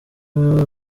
ababa